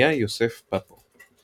היה יוסף פפו.